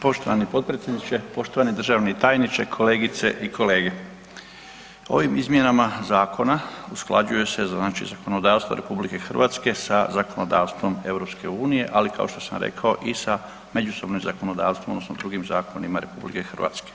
Poštovani potpredsjedniče, poštovani državni tajniče, kolegice i kolege, ovim izmjenama zakona usklađuje se znači zakonodavstvo RH sa zakonodavstvom EU ali kao što sam rekao i sa međusobnim zakonodavstvom odnosno drugim zakonima RH.